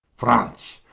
france,